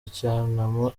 icyunamo